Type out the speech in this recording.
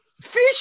Fish